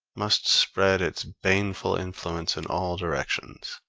must spread its baneful influence in all directions.